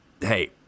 hey